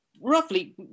roughly